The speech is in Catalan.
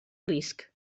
risc